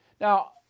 Now